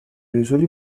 usually